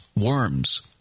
worms